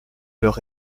leur